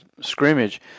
scrimmage